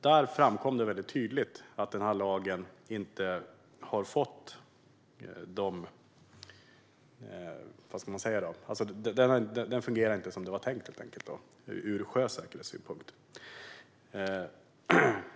Där framkom tydligt att den här lagen inte fungerar som det var tänkt ur sjösäkerhetssynpunkt.